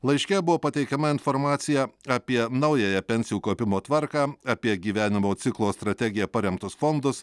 laiške buvo pateikiama informacija apie naująją pensijų kaupimo tvarką apie gyvenimo ciklo strategija paremtus fondus